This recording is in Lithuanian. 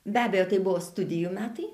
be abejo tai buvo studijų metai